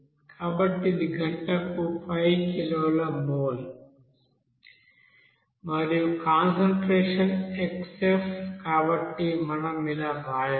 కాబట్టి ఇది గంటకు 5 కిలోల మోల్ మరియు కాన్సంట్రేషన్ xF కాబట్టి మనం ఇలా వ్రాయవచ్చు